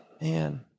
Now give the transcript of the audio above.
man